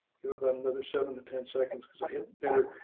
you have another seven to ten seconds because i hit enter.